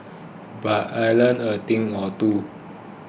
but I learnt a thing or two